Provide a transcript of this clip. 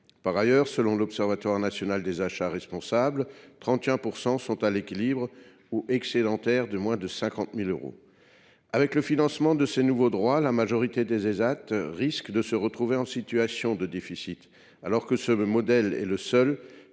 Par ailleurs, selon l’Observatoire économique national des achats responsables, 31 % d’entre eux sont à l’équilibre ou excédentaires de moins de 50 000 euros. Avec le financement de ces nouveaux droits, la majorité des Ésat risque de se trouver en situation de déficit, alors que ce modèle est le seul